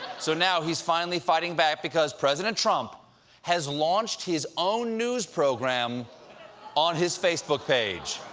so now he's finally fighting back, because president trump has launched his own news program on his facebook page.